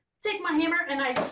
take my hammer and i.